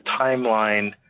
timeline